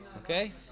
Okay